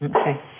Okay